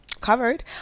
covered